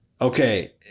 Okay